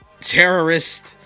terrorist